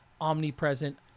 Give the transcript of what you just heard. omnipresent